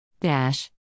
Dash